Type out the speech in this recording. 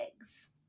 eggs